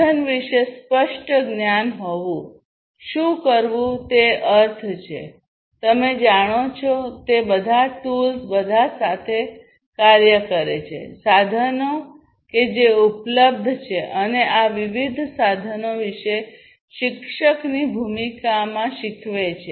સાધન વિશે સ્પષ્ટ જ્ઞાન હોવું શું કરવું તે અર્થ છે તમે જાણો છો તે બધા ટૂલ્સ બધા સાથે કાર્ય કરે છે સાધનો કે જે ઉપલબ્ધ છે અને આ વિવિધ સાધનો વિશે શિક્ષકની ભૂમિકામાં શીખવે છે